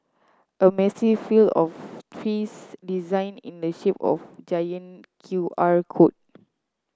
a massive field of trees designed in the shape of giant Q R code